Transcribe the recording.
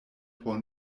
por